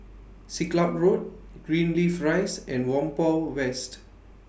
Siglap Road Greenleaf Rise and Whampoa West